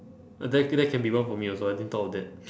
uh that can that can be one for me also I didn't thought of that